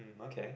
okay